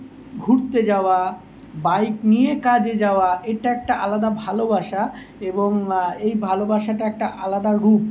ঘুরতে যাওয়া বাইক নিয়ে কাজে যাওয়া এটা একটা আলাদা ভালোবাসা এবং এই ভালোবাসাটা একটা আলাদা রূপ